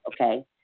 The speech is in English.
Okay